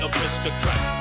Aristocrat